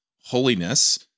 holiness